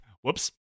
Whoops